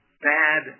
bad